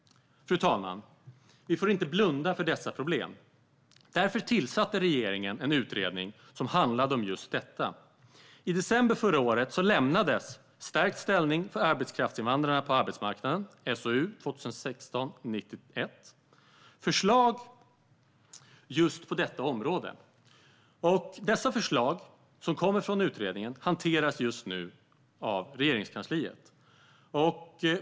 Fru talman! Vi får inte blunda för dessa problem. Därför tillsatte regeringen en utredning som handlade om just detta. I december förra året lämnades betänkandet SOU 2016:91 Stärkt ställning för arbetskrafts invandrare på arbetsmarknaden . Utredningen lämnade förslag just på detta område. Förslagen från utredningen hanteras just nu av Regeringskansliet.